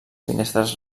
finestres